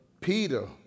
Peter